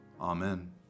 Amen